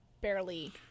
barely